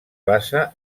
basa